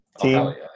team